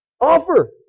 offer